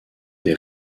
des